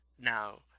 Now